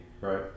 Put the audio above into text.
right